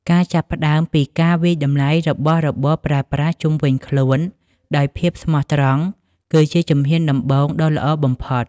ការចាប់ផ្តើមពីការវាយតម្លៃរបស់របរប្រើប្រាស់ជុំវិញខ្លួនដោយភាពស្មោះត្រង់ គឺជាជំហានដំបូងដ៏ល្អបំផុត។